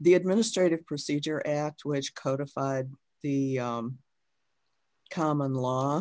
the administrative procedure act which codify the common law